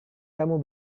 kamu